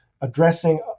addressing